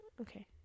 okay